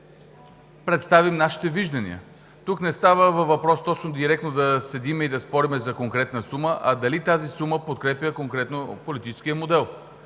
представим нашите виждания. Тук не става въпрос точно и директно да седим и да спорим за конкретна сума, а дали тази сума подкрепя конкретно политическия модел.